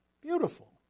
Beautiful